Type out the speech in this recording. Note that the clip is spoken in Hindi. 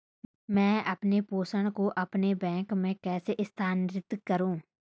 मैं अपने प्रेषण को अपने बैंक में कैसे स्थानांतरित करूँ?